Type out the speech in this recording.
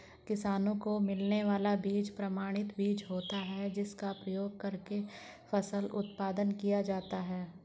किसानों को मिलने वाला बीज प्रमाणित बीज होता है जिसका प्रयोग करके फसल उत्पादन किया जाता है